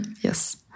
Yes